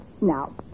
Now